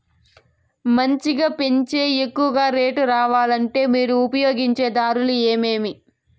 మంచిగా పెంచే ఎక్కువగా రేటు రావాలంటే మీరు ఉపయోగించే దారులు ఎమిమీ?